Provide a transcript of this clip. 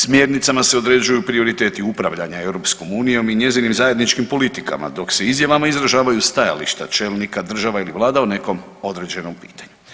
Smjernicama se određuju prioriteti upravljanja EU i njezinim zajedničkim politikama, dok se izjavama izražavaju stajališta čelnika država ili vlada o nekom određenom pitanju.